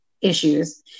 issues